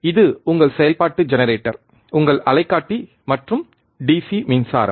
இது உங்கள் செயல்பாட்டு ஜெனரேட்டர் உங்கள் அலைக்காட்டி மற்றும் டிசி மின்சாரம்